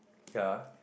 ya